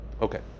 Okay